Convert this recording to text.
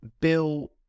Bill